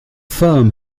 firm